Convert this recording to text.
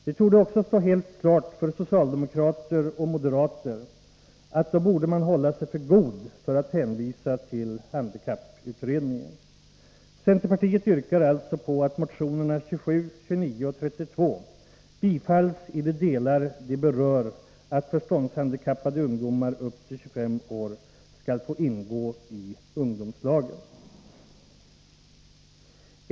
Detta torde också stå helt klart för socialdemokrater och moderater, och då borde man hålla sig för god för att hänvisa till handikapputredningen. Centerpartiet yrkar alltså på att motionerna 27, 29 och 32 bifalls i de delar de berör att förståndshandikappade ungdomar upp till 25 år skall få ingå i ungdomslagen.